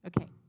okay